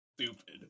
stupid